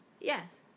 Yes